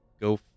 go